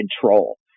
control